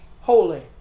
holy